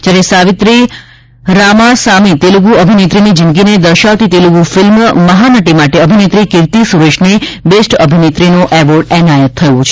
જ્યારે સાવિત્ર રામાસામી તેલુગુ અભિનેત્રીની જિંદગીને દર્શાવત તેલુગુ ફિલ્મ મહાનટી માટે અભિનેત્રી કિતી સુરેશને બેસ્ટ અભિનેત્રીનો એવોર્ડ એનાયત થયો છે